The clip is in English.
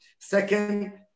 Second